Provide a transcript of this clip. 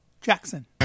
Jackson